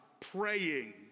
praying